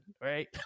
right